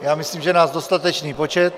Já myslím, že je nás dostatečný počet.